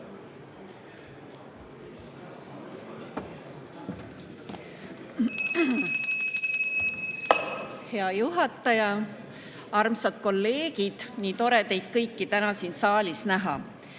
Hea juhataja! Armsad kolleegid! Nii tore teid kõiki täna siin saalis näha.